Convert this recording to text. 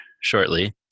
shortly